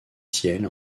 ciels